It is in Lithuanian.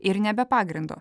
ir ne be pagrindo